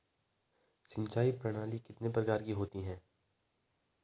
सिंचाई प्रणाली कितने प्रकार की होती हैं?